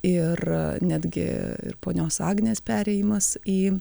ir netgi ir ponios agnės perėjimas į